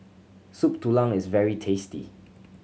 Soup Tulang is very tasty